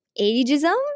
ageism